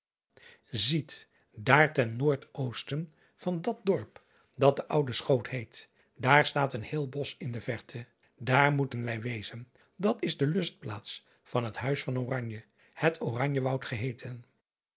iet daar ten noordoosten van dat dorp dat de udeschoot heet daar staat een heel bosch in de verte daar moeten wij wezen dat is de ustplaats van het huis van ranje het ranjewoud geheten